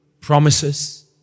promises